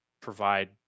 provide